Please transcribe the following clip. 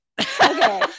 Okay